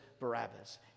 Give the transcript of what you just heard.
Barabbas